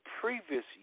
previous